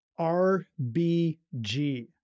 RBG